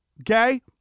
Okay